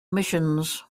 missions